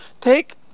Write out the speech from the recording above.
take